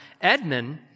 Edmund